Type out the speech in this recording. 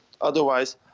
Otherwise